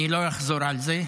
אני לא אחזור על זה.